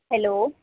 hello